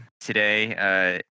Today